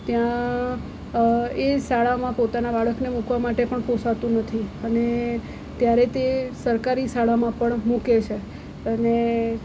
ત્યાં એ શાળામાં પોતાના બાળકને મુકવા માટે પણ પોસાતું નથી અને ત્યારે તે સરકારી શાળામાં પણ મૂકે છે અને